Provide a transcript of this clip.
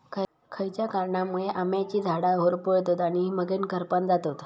खयच्या कारणांमुळे आम्याची झाडा होरपळतत आणि मगेन करपान जातत?